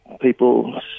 people